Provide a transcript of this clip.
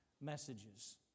messages